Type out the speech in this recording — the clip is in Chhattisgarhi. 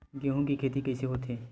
गेहूं के खेती कइसे होथे?